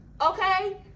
Okay